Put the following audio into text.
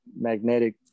magnetic